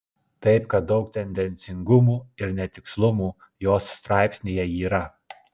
taip kad daug tendencingumų ir netikslumų jos straipsnyje yra